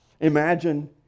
Imagine